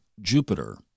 Jupiter